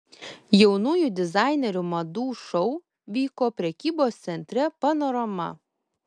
jaunųjų dizainerių madų šou vyko prekybos centre panorama